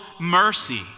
mercy